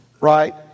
right